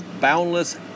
boundless